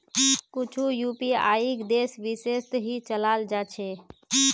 कुछु यूपीआईक देश विशेषत ही चलाल जा छे